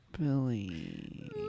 Billy